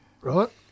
right